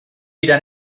wieder